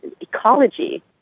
ecology